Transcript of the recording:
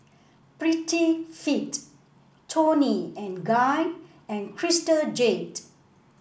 Prettyfit Toni and Guy and Crystal Jade